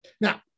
Now